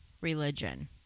religion